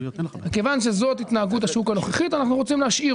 מכיוון שזאת התנהגות השוק הנוכחית אנחנו רוצים להשאיר